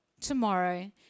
tomorrow